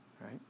right